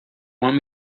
want